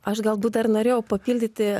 aš galbūt dar norėjau papildyti